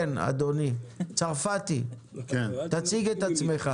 אלעד צרפתי, בבקשה.